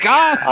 God